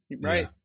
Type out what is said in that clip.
Right